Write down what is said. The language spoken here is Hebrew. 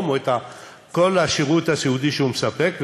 או את כל השירות הסיעודי שהוא מספק,